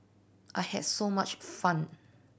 I had so much fun